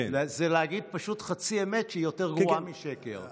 זה להגיד פשוט חצי אמת, שהיא יותר גרועה משקר.